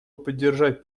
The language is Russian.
поддержать